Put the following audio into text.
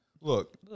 Look